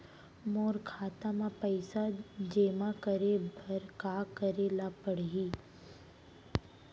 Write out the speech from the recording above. मोर खाता म पइसा जेमा करे बर का करे ल पड़ही?